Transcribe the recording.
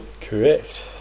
Correct